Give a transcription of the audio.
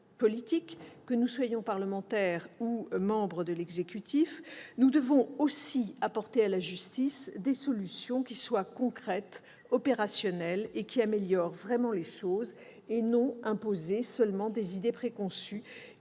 que nous soyons parlementaires ou membres de l'exécutif, nous devons aussi apporter à la justice des solutions concrètes, opérationnelles, qui améliorent vraiment les choses, et non pas des idées préconçues